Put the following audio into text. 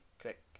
Click